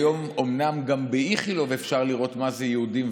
היום אומנם גם באיכילוב אפשר לראות מה זה יהודים,